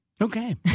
Okay